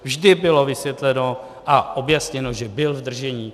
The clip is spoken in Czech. Vždy bylo vysvětleno a objasněno, že byl v držení.